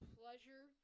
pleasure